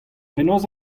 penaos